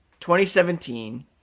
2017